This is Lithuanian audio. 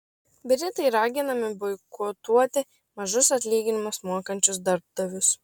britai raginami boikotuoti mažus atlyginimus mokančius darbdavius